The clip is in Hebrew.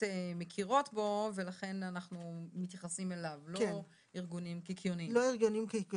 אולי אנחנו ניצמד כרגע לדבר הזה.